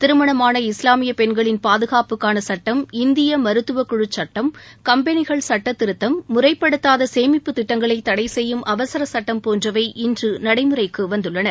திருமணமான இஸ்லாமிய பெண்களின் பாதுகாப்புக்கான சட்டம் இந்திய மருத்துவ குழுச்சுட்டம் கம்பெனிகள் சுட்டத்திருத்தம் முறைப்படுத்தாத சேமிப்பு திட்டங்களை தடை செய்யும் அவசர்சுட்டம் போன்றவை இன்று நடைமுறைக்கு வந்துள்ளன